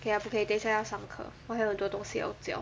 !aiya! 不可以等一下要上课我还有很多东西要交